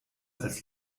als